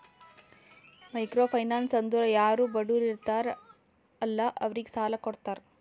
micro finance ಅಂದುರ್ ಯಾರು ಬಡುರ್ ಇರ್ತಾರ ಅಲ್ಲಾ ಅವ್ರಿಗ ಸಾಲ ಕೊಡ್ತಾರ್